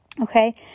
okay